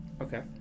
okay